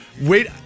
wait